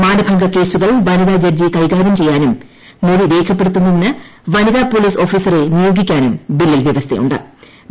മാനഭംഗ കേസുകൾ വനിതാൻ ജഡ്ജി കൈകാരൃം ചെയ്യാനും മൊഴി രേഖപ്പെടുത്തുന്നത്തിന്റ് വനിതാ പോലീസ് ഓഫീസറെ നിയോഗിക്കാനും ബില്ലിൽ പ്യവസ്ഥയു ്